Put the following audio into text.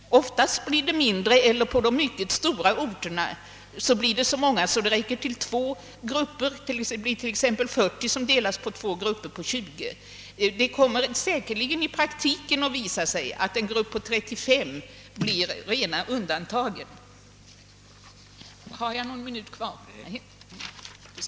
Oftast blir det en mindre grupp eller — på de stora orterna — kanske två grupper med exempelvis 20 elever i varje grupp. Det kommer säkerligen att visa sig att grupper på 35 elever i praktiken blir rena undantaget.